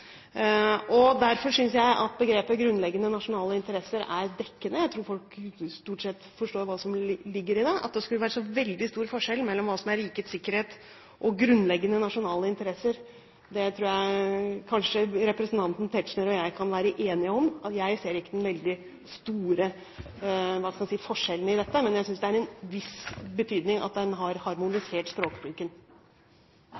Derfor synes jeg at begrepet «grunnleggende nasjonale interesser» er dekkende. Jeg tror folk stort sett forstår hva som ligger i det. At det skulle være så veldig stor forskjell mellom hva som er «rikets sikkerhet», og hva som er «grunnleggende nasjonale interesser» – jeg tror kanskje representanten Tetzschner og jeg kan være enige om at jeg ikke ser den veldig store forskjellen i dette, men jeg synes det er en viss betydning at en har